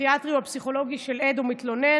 הפסיכיאטרי או הפסיכולוגי של עד או מתלונן.